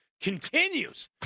continues